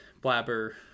blabber